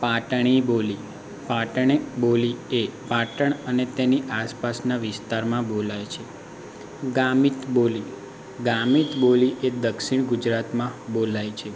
પાટણી બોલી પાટણી બોલી એ પાટણ અને તેની આસપાસના વિસ્તારમાં બોલાય છે ગામિત બોલી ગામિત બોલી એ દક્ષિણ ગુજરાતમાં બોલાય છે